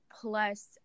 plus